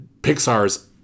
Pixar's